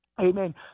Amen